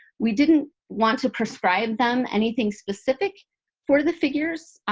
we didn't want to prescribe them anything specific for the figures.